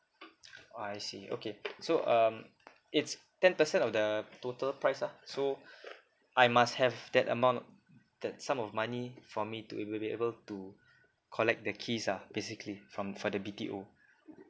oh I see okay so um it's ten percent of the total price ah so I must have that amount that sum of money for me to uh will be able to collect the keys ah basically from for the B_T_O